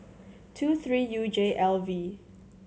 two three U J L V